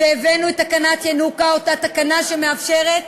והבאנו את תקנת ינוקא, אותה תקנה שמאפשרת